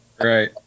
Right